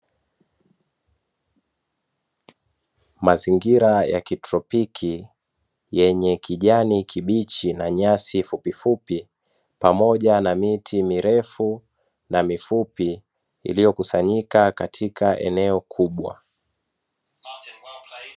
Mazingira ya kitropiki yenye kijani kibichi na nyasi fupi fupi pamoja na miti mirefu na mifupi iliyokusanyika katika eneo kubwa.